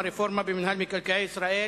הצעות מס' 483,